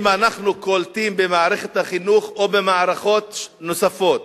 אם אנחנו קולטים במערכת החינוך או במערכות נוספות,